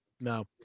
no